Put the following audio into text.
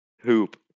hoop